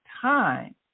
time